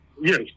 Yes